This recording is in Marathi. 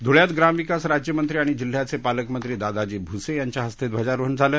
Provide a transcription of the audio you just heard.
धुळ्यात ग्रामविकास राज्यमंत्री आणि जिल्ह्याचे पालकमंत्री दादाजी भुसे यांच्या हस्ते ध्वजारोहण झालं